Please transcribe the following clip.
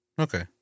Okay